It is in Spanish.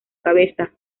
cabeza